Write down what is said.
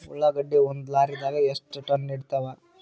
ಉಳ್ಳಾಗಡ್ಡಿ ಒಂದ ಲಾರಿದಾಗ ಎಷ್ಟ ಟನ್ ಹಿಡಿತ್ತಾವ?